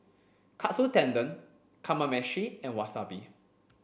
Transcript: Katsu Tendon Kamameshi and Wasabi